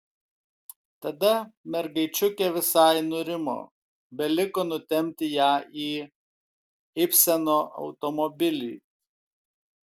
tada mergaičiukė visai nurimo beliko nutempti ją į ibseno automobilį